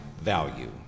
value